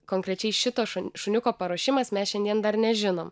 konkrečiai šito šuniuko paruošimas mes šiandien dar nežinom